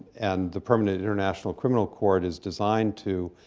and the permanent international criminal court is designed to,